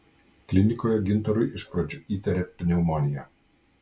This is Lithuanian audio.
klinikoje gintarui iš pradžių įtarė pneumoniją